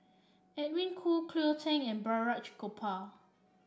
Edwin Koo Cleo Thang and Balraj Gopal